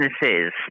businesses